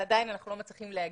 עד היום לא נתקבלה תשובה,